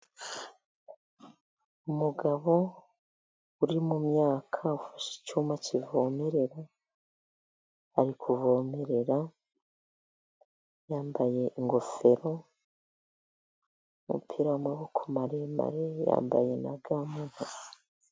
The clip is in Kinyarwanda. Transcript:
Umugabo uri mu myaka, ufashe icyuma kivomerera, ari kuvomerera yambaye ingofero y'umupira w'amaboko maremare, yambaye na ga mu ntoki.